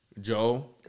Joe